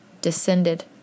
descended